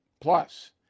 Plus